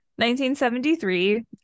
1973